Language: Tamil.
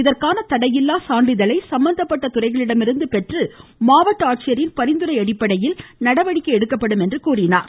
இதற்கான தடையில்லா சான்றிதழை சம்பந்தப்பட்ட துறைகளிடமிருந்து பெற்று மாவட்ட ஆட்சியரின் பரிந்துரை அடிப்படையில் நடவடிக்கை எடுக்கப்படும் என்றார்